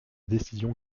décision